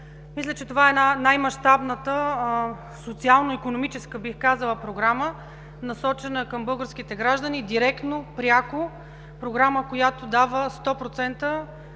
Мисля, че това е най-мащабната социално-икономическа програма, насочена към българските граждани директно, пряко. Програма, която дава 100%